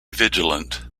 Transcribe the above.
vigilant